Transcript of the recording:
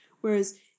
Whereas